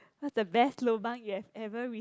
what's the best lobang you've ever re~